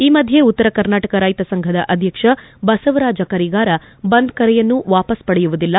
ಈ ಮಧ್ಯೆ ಉತ್ತರ ಕರ್ನಾಟಕ ರೈತ ಸಂಫದ ಅಧ್ಯಕ್ಷ ಬಸವರಾಜ ಕಂಗಾರ ಬಂದ್ ಕರೆಯನ್ನು ವಾಪಾಸ್ ಪಡೆಯುವುದಿಲ್ಲ